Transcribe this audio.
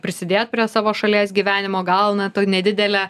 prisidėt prie savo šalies gyvenimo gal na ta nedidele